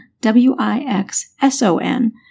W-I-X-S-O-N